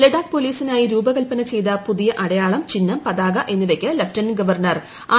ലഡാക് പോലീസിനായി രൂപകല്പന ചെയ്ത പുതിയ അടയാളം ചിഹ്നം പതാക എന്നിവയ്ക്ക് ലഫ്റ്റനന്റ് ഗവർണർ ആർ